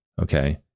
okay